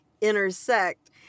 intersect